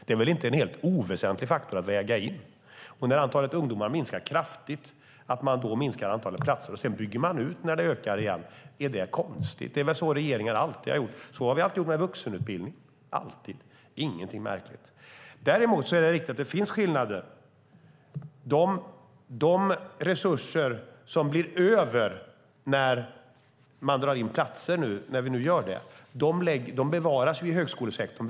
Det är väl inte en helt oväsentlig faktor att väga in? Att minska antalet platser när antalet ungdomar minskar kraftigt för att sedan bygga ut när det ökar igen, är det konstigt? Så har regeringar alltid gjort. Så har vi alltid gjort med vuxenutbildningen, så det är ingenting märkligt. Däremot är det riktigt att det finns skillnader. De resurser som blir över när vi nu drar in platser bevaras i högskolesektorn.